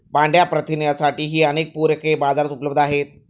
पांढया प्रथिनांसाठीही अनेक पूरके बाजारात उपलब्ध आहेत